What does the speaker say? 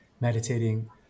meditating